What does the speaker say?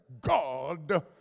God